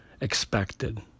expected